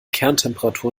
kerntemperatur